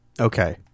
Okay